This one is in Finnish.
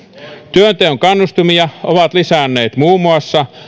työnteon kannustimia ovat lisänneet muun muassa